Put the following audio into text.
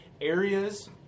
areas